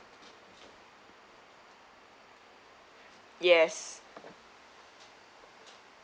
yes